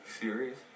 Serious